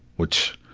which,